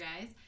guys